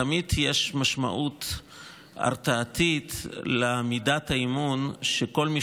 תמיד יש משמעות הרתעתית למידת האמון שכל מי